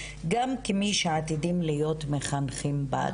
גם כמי שעתידים להיות מחנכים בעתיד.